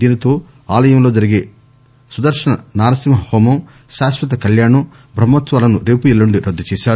దీనితో ఆలయంలో జరిగే సుదర్శన నారసింహ హోమం శాశ్వత కల్యాణం బ్రహ్మోత్సవాలను రేపు ఎల్లుండి రద్దు చేశారు